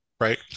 Right